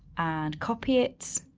and copy it,